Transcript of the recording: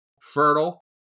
Fertile